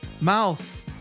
Mouth